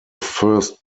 first